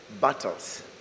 battles